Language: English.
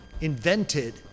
invented